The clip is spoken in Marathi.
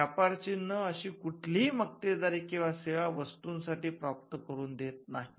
व्यापार चिन्ह अशी कुठलीही मक्तेदारी सेवा किंवा वस्तूंसाठी प्राप्त करून देत नाहीत